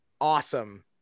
awesome